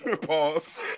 Pause